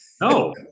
No